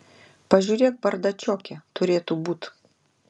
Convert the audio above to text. pažiūrėk bardačioke turėtų būt